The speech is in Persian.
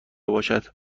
باشد